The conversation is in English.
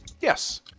Yes